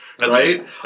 right